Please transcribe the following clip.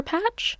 Patch